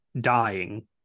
dying